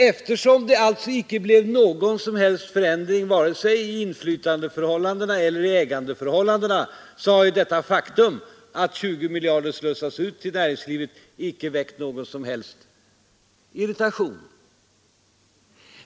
Eftersom det alltså icke blev någon som helst förändring vare sig i inflytandeförhållandena eller i ägandeförhållandena, har det faktum att 20 miljarder slussats ut till näringslivet icke väckt någon som helst irritation.